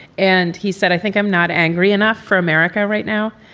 and he said, i think i'm not angry enough for america right now.